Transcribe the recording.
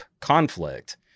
conflict